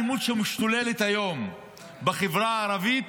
בגלל האלימות שמשתוללת היום בחברה הערבית